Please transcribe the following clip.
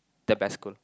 the best school